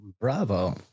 bravo